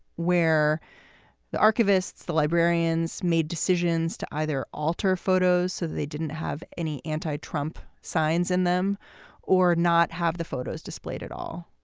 where the archivists, the librarians made decisions to either either alter photos so they didn't have any anti-trump signs in them or not have the photos displayed at all.